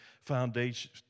Foundation